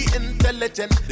intelligent